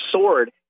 sword